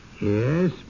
Yes